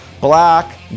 black